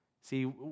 See